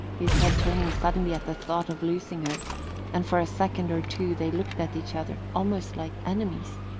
his head turning suddenly at the thought of losing her and for a second or two they looked at each other almost like enemies.